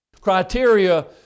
criteria